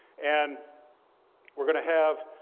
and we're going to have